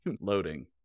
loading